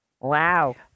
Wow